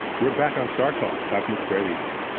we're back on startalk cosmic queries.